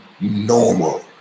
normal